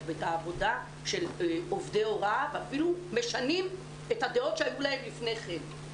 ואת העבודה של עובדי הוראה ואפילו משנים את הדעות שהיו להם לפני כן.